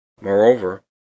Moreover